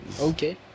Okay